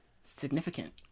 significant